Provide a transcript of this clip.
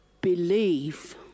believe